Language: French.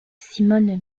simone